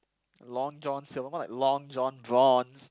Long-John-Silver's more like Long John